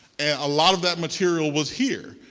and a lot of that material was here,